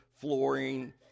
flooring